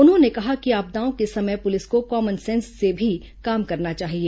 उन्होंने कहा कि आपदाओं के समय पुलिस को कॉमनसेंस से भी काम करना चाहिए